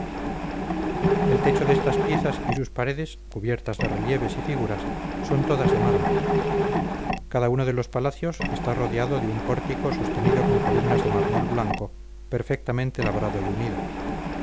el techo de estas piezas y sus paredes cubiertas de relieves y figuras son todas de mármol cada uno de los palacios está rodeado de un pórtico sostenido con columnas de mármol blanco perfectamente labrado y unido